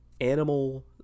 animal